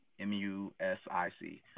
M-U-S-I-C